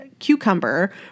cucumber